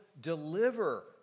deliver